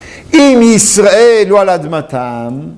עם ישראל ועל אדמתם